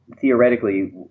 theoretically